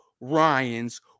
Ryans